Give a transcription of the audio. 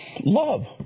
love